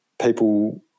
people